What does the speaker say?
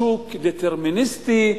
השוק דטרמיניסטי,